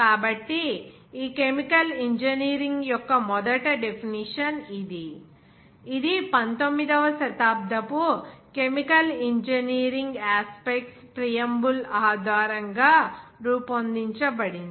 కాబట్టి ఈ chemical engineering యొక్క మొదటి డెఫినిషన్ ఇది ఇది 19 వ శతాబ్దపు కెమికల్ ఇంజనీరింగ్ యాస్పెక్ట్స్ ప్రియంబుల్ ఆధారంగా రూపొందించబడింది